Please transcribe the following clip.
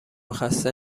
خسته